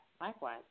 Likewise